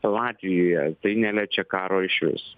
latvijoje tai neliečia karo išvis